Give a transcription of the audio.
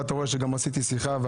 ואתה רואה שגם עשיתי שיחה.